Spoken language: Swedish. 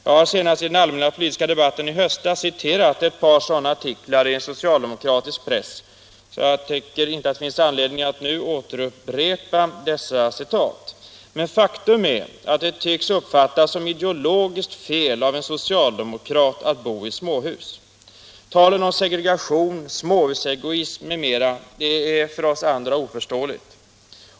Jag har senast i den allmänpolitiska debatten i höstas citerat ett par sådana artiklar i socialdemokratisk press, så tycker jag att det inte finns någon anledning att nu upprepa dessa citat. Men faktum är att det tycks uppfattas såsom ideologiskt felaktigt av en socialdemokrat att bo i småhus. Talet om segregation, småhusegoism m.m. är för oss andra oförståeligt.